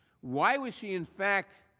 why was she in fact